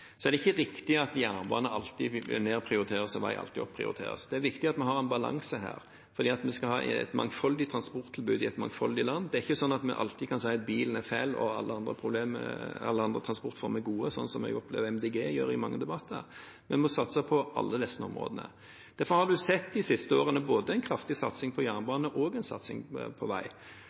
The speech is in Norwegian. er ikke riktig at jernbane alltid vil bli nedprioritert og vei alltid bli opprioritert. Det er viktig at vi har en balanse her, for vi skal ha et mangfoldig transporttilbud i et mangfoldig land. Det er ikke slik at vi alltid kan si at bilen er fæl, og at alle andre transportformer er gode, slik Miljøpartiet De Grønne sier i mange debatter. Vi må satse på alle disse områdene. Derfor har vi de siste årene sett en kraftig satsing både på jernbane og på vei, men de veiprosjektene vi skal i gang med, er ikke nødvendigvis på